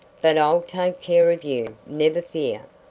but i'll take care of you, never fear.